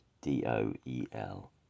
D-O-E-L